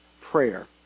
prayer